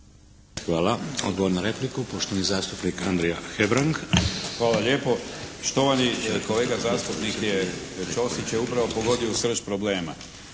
Hvala. Odgovor na repliku poštovani zastupnik Andrija Hebrang. **Hebrang, Andrija (HDZ)** Hvala lijepo. Štovani kolega zastupnik je Ćosić je upravo pogodio u srž problema.